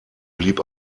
blieb